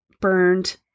burned